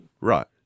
right